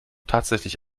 tatsächlich